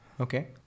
Okay